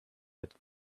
that